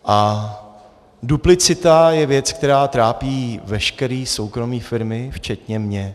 A duplicita je věc, která trápí veškeré soukromé firmy včetně mě.